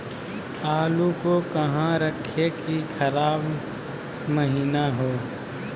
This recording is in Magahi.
आलू को कहां रखे की खराब महिना हो?